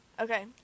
Okay